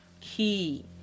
key